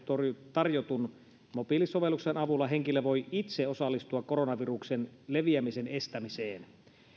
tarjotun mobiilisovelluksen avulla henkilö voi itse osallistua koronaviruksen leviämisen estämiseen